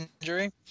injury